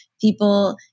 people